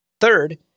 Third